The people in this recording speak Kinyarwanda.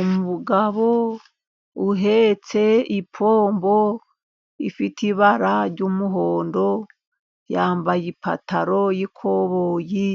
Umugabo uhetse ipombo ifite ibara ry'umuhondo, yambaye ipantaro y'ikoboyi